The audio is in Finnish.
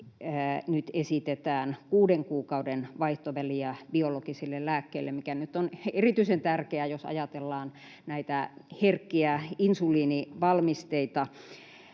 nyt esitetään kuuden kuukauden vaihtoväliä biologisille lääkkeille, mikä nyt on erityisen tärkeää, jos ajatellaan herkkiä insuliinivalmisteita.